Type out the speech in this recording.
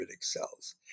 cells